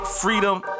freedom